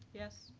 yes.